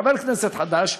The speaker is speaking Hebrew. חבר כנסת חדש,